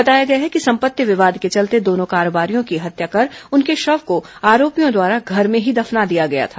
बताया गया है कि संपत्ति विवाद के चलते दोनों कारोबारियों की हत्या कर उसके शव को आरोपियों द्वारा घर में ही दफना दिया गया था